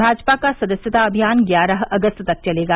भाजपा का सदस्यता अभियान ग्यारह अगस्त तक चलेगा